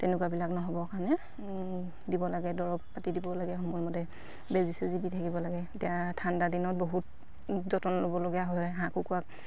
তেনেকুৱাবিলাক নহ'বৰ কাৰণে দিব লাগে দৰৱ পাতি দিব লাগে সময়মতে বেজী চেজি দি থাকিব লাগে এতিয়া ঠাণ্ডা দিনত বহুত যতন ল'বলগীয়া হয় হাঁহ কুকুৰাক